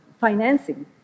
financing